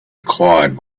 acquired